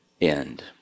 end